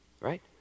right